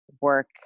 work